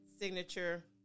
signature